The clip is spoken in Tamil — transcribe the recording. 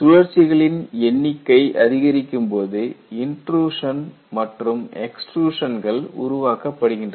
சுழற்சிகளின் எண்ணிக்கை அதிகரிக்கும்போது இன்ட்ரூஷன் மற்றும் எக்ஸ்ட்ருஷன்கள் உருவாக்கப்படுகின்றன